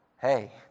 hey